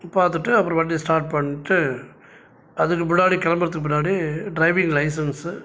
பார்த்துட்டு அப்புறம் வண்டியை ஸ்டாட் பண்ணிட்டு அதுக்கு முன்னாடி கிளம்புறதுக்கு முன்னாடி ட்ரைவிங் லைசன்ஸு